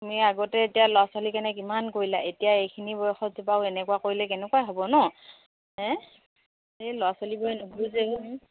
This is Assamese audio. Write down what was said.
তুমি আগতে এতিয়া ল'ৰা ছোৱালীৰ কাৰণে কিমান কৰিলা এতিয়া এইখিনি বয়সত যে বাৰু এনেকুৱা কৰিলে কেনেকুৱা হ'ব ন হে এই ল'ৰা ছোৱালীবোৰে নুবুজে যে অ'